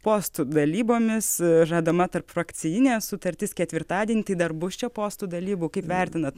postų dalybomis žadama tarpfrakcijinė sutartis ketvirtadienį tai dar bus čia postų dalybų kaip vertinat